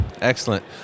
Excellent